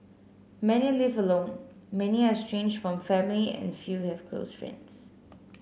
many live alone many are estranged from family and few have close friends